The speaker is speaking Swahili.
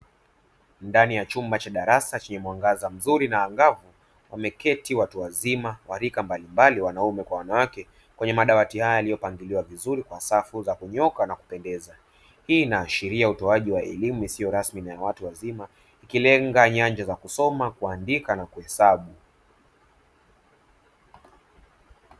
Ndani ya chumba cha darasa chenye mwangaza mzuri na angavu wameketi watu wazima wa rika mbalimbali wanaume kwa wanawake kwenye madawati hayo yaliyobaki vizuri kwa safu za kunyooka na kupendeza hii inaashiria utoaji wa elimu isiyo rasmi na ya watu wazima ikilenga nyanja za kusoma, kuandika na kuhesabu.